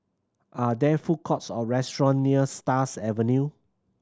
are there food courts or restaurant near Stars Avenue